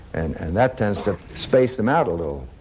and and that tends to space them out a little.